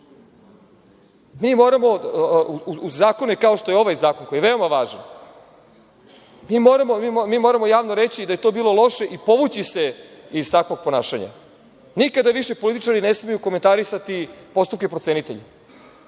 moramo u zakone kao što je ovaj zakon, koji je veoma važan, javno reći da je to bilo loše i povući se iz takvog ponašanja. Nikada više političari ne smeju komentarisati postupke procenitelja.